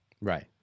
Right